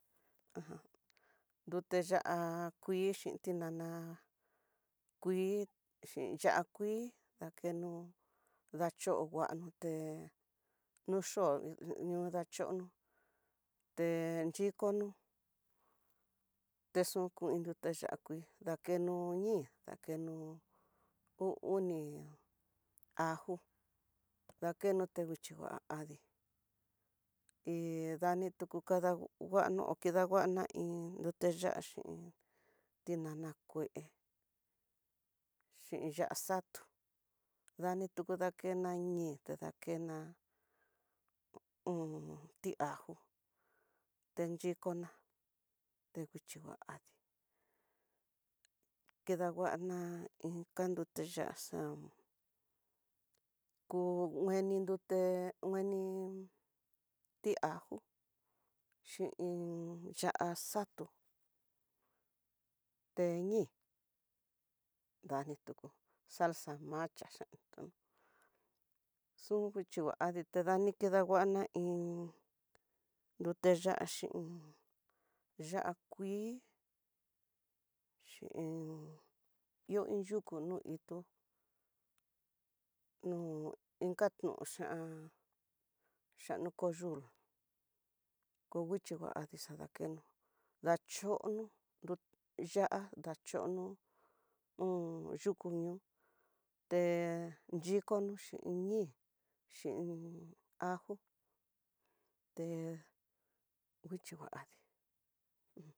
Ajan nrute ya'á kuii xhin tinana, kuii xhin ya'á kuii dakeno dacho ngua nuté no yoo ñu dachono, te xhikono texun kuu nrute ya'á kuii dakeno ñíí, dakeno uu oni ajo dakeno tenguixhi nguá adii hí nadi ndani tuku kadanguano o kindangua iin nrute ya'á xhin tinana kué, xhin ya'á xatu dani tuku akena ñii tadakena ti ajo tanxhikona, tenguixhi ngua adii, kidangua iin kanduti ya'á xa'á koo ngueni nrute ngueni, ti ajo xhin iin ya'á xatu teñí, ndani tuku salsa macha xunkinguani tani kedanguana iin, nurte ya'á xhin ya'á kuii xhin ihó iin yuku no ito, no inka noxhiá xhano cuyul ko nguichi ngua adii xadakeno, ndachono nrute ya'á dacho yuku ñoo yikon xhin ñii ajo té nguicho adii un.